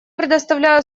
предоставляю